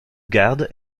garde